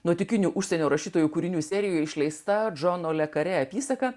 nuotykinių užsienio rašytojų kūrinių serijoje išleista džono lekare apysaka